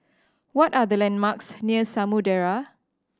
what are the landmarks near Samudera